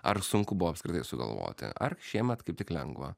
ar sunku buvo apskritai sugalvoti ar šiemet kaip tik lengva